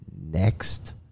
next